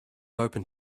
open